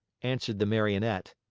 answered the marionette.